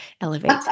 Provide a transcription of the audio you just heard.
elevate